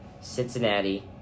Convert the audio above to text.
Cincinnati